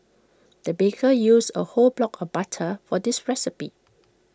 the baker used A whole block of butter for this recipe